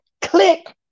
click